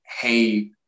Hey